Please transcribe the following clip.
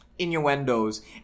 innuendos